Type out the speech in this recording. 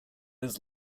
his